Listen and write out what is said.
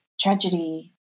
tragedy